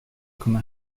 comme